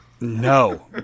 No